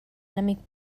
enemic